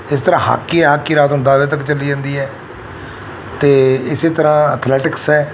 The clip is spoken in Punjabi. ਇਸ ਤਰ੍ਹਾਂ ਹਾਕੀ ਹੈ ਹਾਕੀ ਰਾਤ ਨੂੰ ਦਸ ਵਜੇ ਤੱਕ ਚੱਲੀ ਜਾਂਦੀ ਹੈ ਅਤੇ ਇਸ ਤਰ੍ਹਾਂ ਅਥਲੈਟਿਕਸ ਹੈ